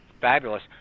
fabulous